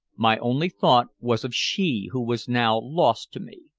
my only thought was of she who was now lost to me.